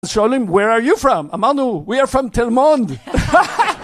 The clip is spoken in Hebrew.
אז שואלים, מאיפה אתם? אמרנו, אנחנו מתל מונד!